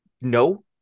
No